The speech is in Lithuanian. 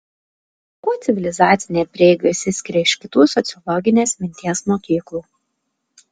kuo civilizacinė prieiga išsiskiria iš kitų sociologinės minties mokyklų